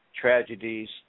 tragedies